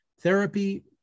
therapy